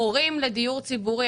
הורים לדיור ציבורי,